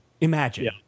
Imagine